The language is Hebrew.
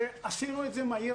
שעשינו את זה מהיר.